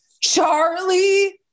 Charlie